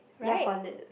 ya for lip